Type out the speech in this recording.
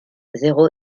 zéro